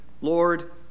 Lord